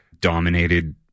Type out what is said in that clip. dominated